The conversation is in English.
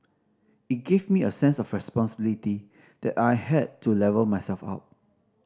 it gave me a sense of responsibility that I had to level myself up